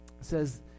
says